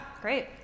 great